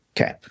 Okay